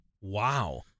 Wow